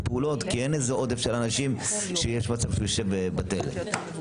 זוהי גם נקודה שצריך לדעת, חברי הוועדה.